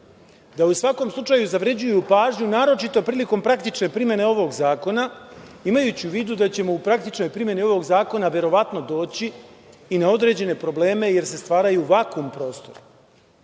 da u svakom slučaju zavređuju pažnju, naročito prilikom praktične primene ovog zakona imajući u vidu da ćemo u praktičnoj primeni ovog zakona verovatno doći i na određene probleme, jer se stvaraju vakum prostori.